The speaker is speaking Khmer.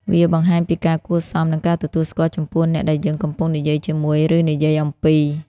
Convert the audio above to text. វាបង្ហាញពីការគួរសម និងការទទួលស្គាល់ចំពោះអ្នកដែលយើងកំពុងនិយាយជាមួយ ឬនិយាយអំពី។